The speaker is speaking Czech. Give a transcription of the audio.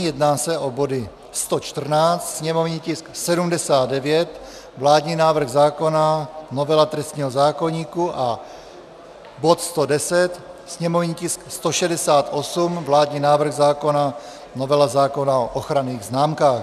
Jedná se o body 114, sněmovní tisk 79, vládní návrh zákona, novela trestního zákoníku, a bod 110, sněmovní tisk 168, vládní návrh zákona, novela zákona o ochranných známkách.